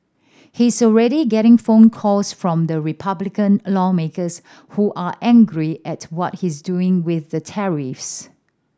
he's already getting phone calls from the Republican lawmakers who are angry at what he's doing with the tariffs